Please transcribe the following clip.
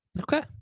Okay